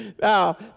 Now